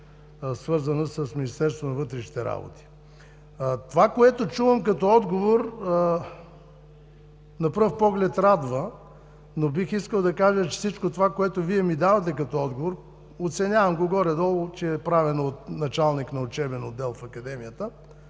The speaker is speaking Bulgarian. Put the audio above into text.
работи. Това, което чувам като отговор, на пръв поглед радва, но бих искал да кажа, че всичко това, което Вие ми давате като отговор, оценявам го горе-долу, че е правено от началник на учебен отдел в Академията,